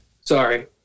Sorry